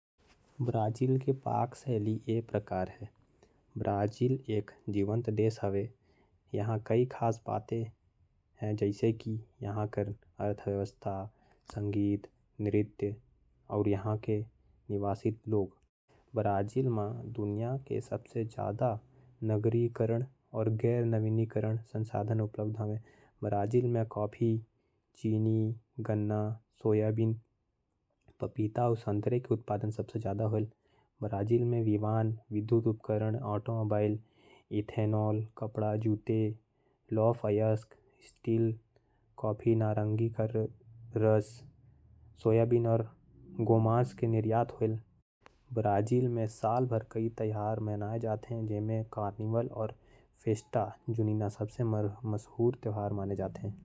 ब्राजील के पाक शैली। ब्राजील म एक लोकप्रिय मान्यता हावय के ब्राजीलियाई। विशेष रूप ले शहरी लोग आन संस्कृति के तुलना म चाय। म शक्कर के उपयोग के प्रति जादा आकर्षित हावयं। जिहां लोगन बिना मीठा पेय पदार्थ के सेवन करत हावयं।